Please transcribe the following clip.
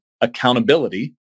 accountability